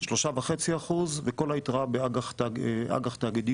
3.5% וכל היתרה באג"ח תאגידיות,